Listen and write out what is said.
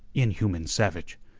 inhuman savage!